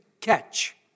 catch